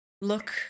look